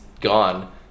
gone